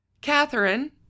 Catherine